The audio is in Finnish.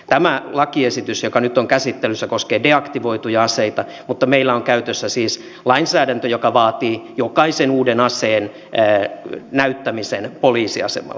tämä lakiesitys joka nyt on käsittelyssä koskee deaktivoituja aseita mutta meillä on käytössä siis lainsäädäntö joka vaatii jokaisen uuden aseen näyttämisen poliisiasemalla